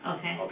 Okay